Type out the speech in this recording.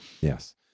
Yes